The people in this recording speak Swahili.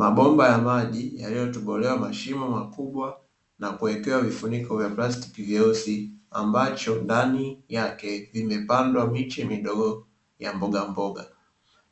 Mabomba ya maji yaliyotobolewa mashimo makubwa na kuwekewa vifuniko vya plastiki nyeusi ambacho ndani yake vimepandwa miche midogo ya mbogamboga.